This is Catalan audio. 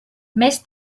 més